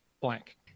blank